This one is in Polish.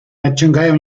nadciągają